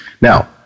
Now